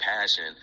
passion